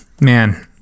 man